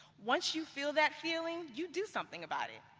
once you feel that feeling, you do something about it.